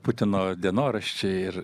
putino dienoraščiai ir